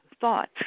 thoughts